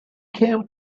came